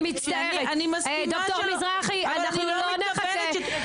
תודה, שמעתי את דברייך.